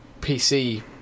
PC